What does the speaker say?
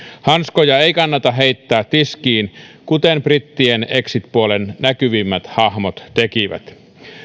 hanskoja ei kannata heittää tiskiin kuten brittien exit puolen näkyvimmät hahmot tekivät